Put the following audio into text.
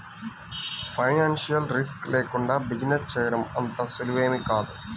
financial risk లేకుండా business చేయడం అంత సులువేమీ కాదు